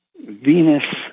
Venus